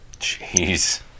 Jeez